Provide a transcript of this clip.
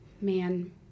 Man